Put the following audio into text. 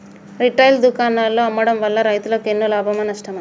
Retail దుకాణాల్లో అమ్మడం వల్ల రైతులకు ఎన్నో లాభమా నష్టమా?